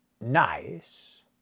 Nice